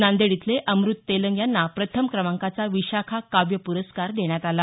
नांदेड इथले अमृत तेलंग यांना प्रथम क्रमांकाचा विशाखा काव्य प्रस्कार देण्यात आला